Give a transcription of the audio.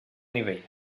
nivell